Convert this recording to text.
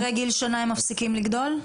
אחרי גיל שנה הם מפסיקים לגדול?